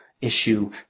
Issue